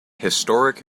historic